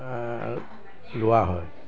লোৱা হয়